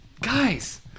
Guys